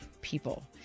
people